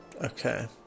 Okay